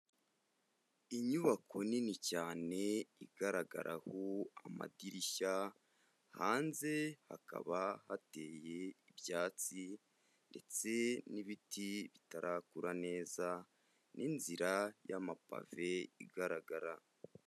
Inyubako nini cyane igaragaraho amadirishya, hanze hakaba hateye ibyatsi ndetse n'ibiti bitarakura neza n'inzira y'amapave igaragara.